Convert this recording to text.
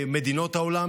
מדינות העולם